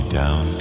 down